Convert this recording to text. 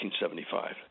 1975